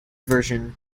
version